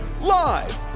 live